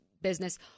business